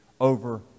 over